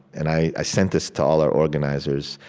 and i sent this to all our organizers,